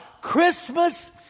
Christmas